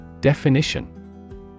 Definition